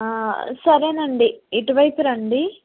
సరే నండి ఇటువైపు రండి